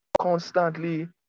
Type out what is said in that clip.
Constantly